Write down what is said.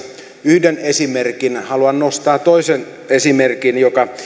yhden esimerkin haluan nostaa toisen esimerkin joka